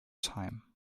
time